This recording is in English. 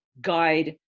guide